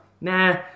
Nah